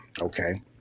Okay